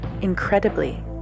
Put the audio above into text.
incredibly